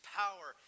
power